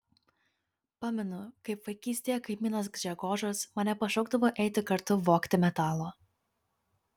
pamenu kaip vaikystėje kaimynas gžegožas mane pašaukdavo eiti kartu vogti metalo